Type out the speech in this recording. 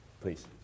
please